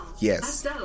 yes